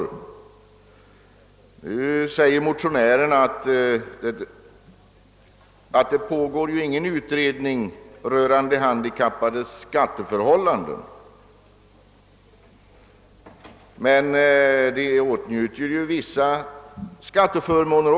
Nu säger motionärerna att ingen utredning rörande de handikappades skatteförhållanden pågår. Som vi nämnt åtnjuter de dock vissa skatteförmåner.